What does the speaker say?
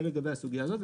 זה לגבי הסוגיה הזאת.